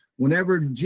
Whenever